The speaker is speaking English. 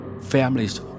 Families